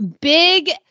Big